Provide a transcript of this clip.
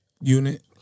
unit